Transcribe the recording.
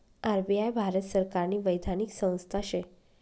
RBI Bharat सरकारनी वैधानिक संस्था शे